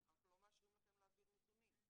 אנחנו לא מאשרים לכם להעביר נתונים,